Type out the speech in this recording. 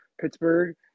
Pittsburgh